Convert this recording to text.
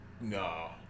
no